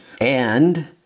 And-